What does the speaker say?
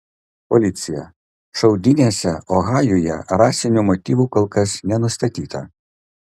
policija šaudynėse ohajuje rasinių motyvų kol kas nenustatyta